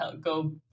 go